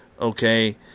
okay